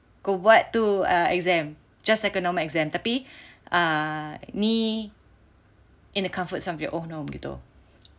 kau buat tu err exam just like a normal exam tapi err ni in the comfort of your own home begitu